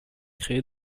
créé